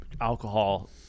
alcohol